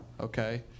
okay